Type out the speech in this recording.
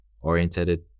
oriented